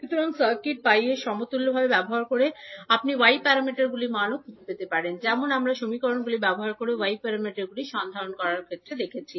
সুতরাং circuit pi সমতুল্য ব্যবহার করে আপনি y প্যারামিটারগুলির মানও খুঁজে পেতে পারেন যেমন আমরা সমীকরণগুলি ব্যবহার করে y প্যারামিটারগুলি সন্ধান করার ক্ষেত্রে দেখেছি